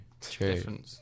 true